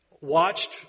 watched